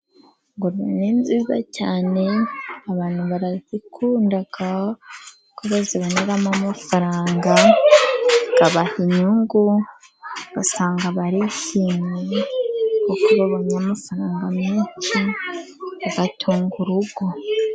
Ingurube ni nziza cyane abantu barazikunda ko bazibonamo amafaranga bikabaha inyungu, ugasanga barishimye kuko babonye amafaranga menshi batunga urugo.